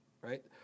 right